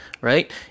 right